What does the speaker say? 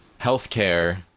healthcare